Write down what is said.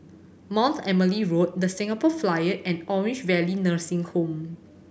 Mount Emily Road The Singapore Flyer and Orange Valley Nursing Home